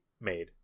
made